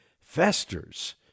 festers